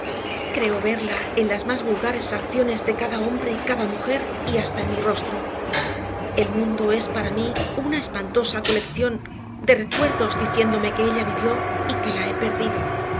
creo verla en las más vulgares facciones de cada hombre y cada mujer y hasta en mi rostro el mundo es para mí una espantosa colección de recuerdos diciéndome que ella vivió y que la he perdido